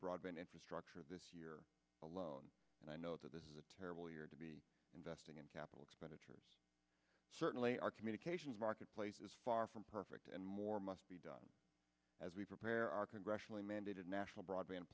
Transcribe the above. broadband infrastructure this year alone and i know that this is a terrible year to be investing in capital expenditures certainly our communications marketplace is far from perfect and more must be done as we prepare our congressionally mandated national broadband